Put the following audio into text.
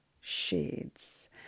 shades